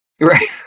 right